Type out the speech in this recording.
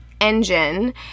engine